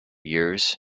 years